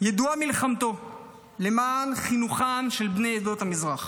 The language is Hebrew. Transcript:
ידועה מלחמתו למען חינוכם של בני עדות המזרח.